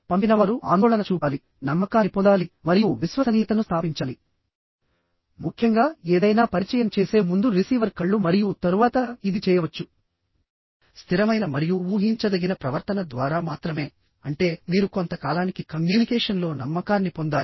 పంపినవారు ఆందోళన చూపాలి నమ్మకాన్ని పొందాలి మరియు విశ్వసనీయతను స్థాపించాలి ముఖ్యంగా ఏదైనా పరిచయం చేసే ముందు రిసీవర్ కళ్ళు మరియు తరువాత ఇది చేయవచ్చు స్థిరమైన మరియు ఊహించదగిన ప్రవర్తన ద్వారా మాత్రమే అంటే మీరు కొంత కాలానికి కమ్యూనికేషన్లో నమ్మకాన్ని పొందాలి